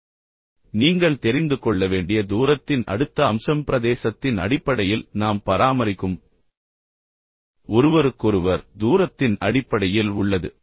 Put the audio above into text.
இப்போது நீங்கள் தெரிந்து கொள்ள வேண்டிய தூரத்தின் அடுத்த அம்சம் பிரதேசத்தின் அடிப்படையில் நாம் பராமரிக்கும் ஒருவருக்கொருவர் தூரத்தின் அடிப்படையில் உள்ளது